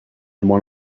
one